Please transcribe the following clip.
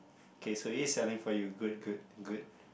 K so he is selling for you good good good